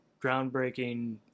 groundbreaking